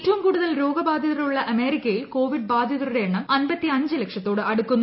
ഏറ്റവും കൂടുതൽ രോഗബാധിതർ ഉള്ള അമേരിക്കയിൽ കൊവിഡ് ബാധിതരുടെ എണ്ണം ലക്ഷത്തോട് അടുക്കുന്നു